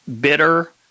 bitter